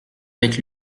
avec